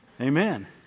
Amen